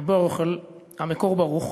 הרב ברוכ'ל, ה"מקור ברוך",